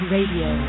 Radio